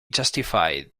justified